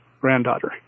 granddaughter